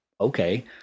Okay